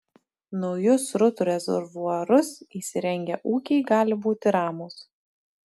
naujus srutų rezervuarus įsirengę ūkiai gali būti ramūs